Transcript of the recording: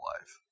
life